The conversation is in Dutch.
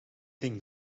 denk